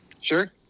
Sure